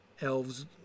elves